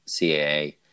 CAA